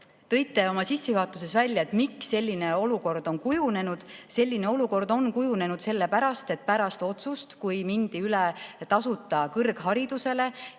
tõite oma sissejuhatuses välja, et miks selline olukord on kujunenud. Selline olukord on kujunenud sellepärast, et pärast otsust minna üle tasuta kõrgharidusele